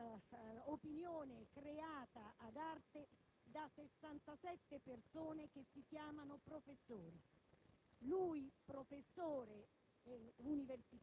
perché impedito da un'opinione creata ad arte da 67 persone che si chiamano professori.